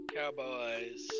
Cowboys